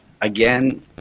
again